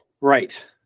Right